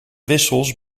wissels